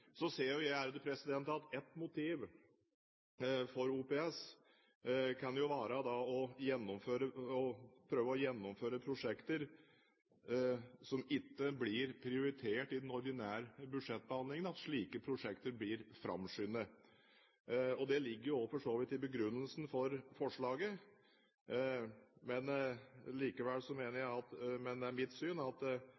Så ser jo også jeg at ett motiv for OPS kan være å prøve å gjennomføre prosjekter som ikke blir prioritert i den ordinære budsjettbehandlingen, at slike prosjekter blir framskyndet. Det ligger for så vidt også i begrunnelsen for forslaget. Men